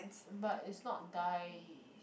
but it's not die